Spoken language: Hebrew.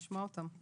נשמע אותם.